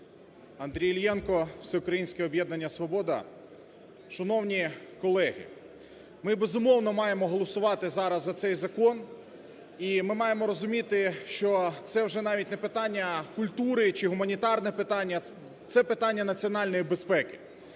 Андрій Іллєнко, Всеукраїнське об'єднання "Свобода". Шановні колеги, ми, безумовно, маємо голосувати зараз за цей закон. І ми маємо розуміти, що це вже навіть не питання культури чи гуманітарне питання – це питання національної безпеки.